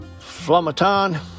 Flumaton